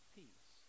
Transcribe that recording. peace